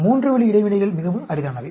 3 வழி இடைவினைகள் மிகவும் அரிதானவை